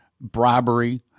bribery